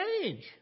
change